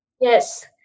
Yes